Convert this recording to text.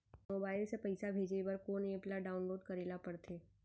Mobile से पइसा भेजे बर कोन एप ल डाऊनलोड करे ला पड़थे?